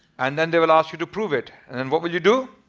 and then they will ask you to prove it. and then what would you do?